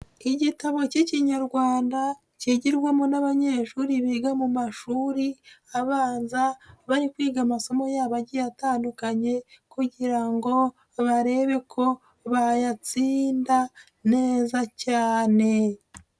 Igitabo cy'Ikinyarwanda kigirwamo n'abanyeshuri biga mu mashuri abanza, bari kwiga amasomo yabo agiye atandukanye kugira ngo barebe ko bayatsinda neza cyane.